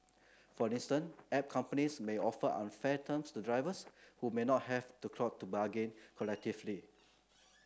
for instance app companies may offer unfair terms to drivers who may not have the clout to bargain collectively